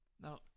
Now